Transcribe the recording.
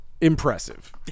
Impressive